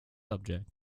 subject